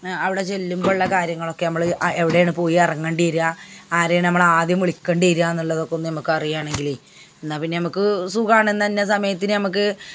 അവിടെ ചെല്ലുമ്പോഴുള്ള കാര്യങ്ങളൊക്കെ നമ്മൾ അ എവിടെയാണ് പോയെറങണ്ടിര്യ ആരെ ആണ് നമ്മൾ ആദ്യം വിളിക്കേണ്ടി വരിക എന്നുള്ളതൊക്കെ ഒന്ന് നമുക്ക് അറിയുക ആണെങ്കിൽ എന്നാൽ പിന്നെ നമ്മൾക്ക് സുഖമാണെന്ന് തന്നെ സമയത്തിന് നമ്മൾക്ക്